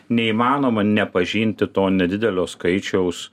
neįmanoma nepažinti to nedidelio skaičiaus